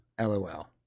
lol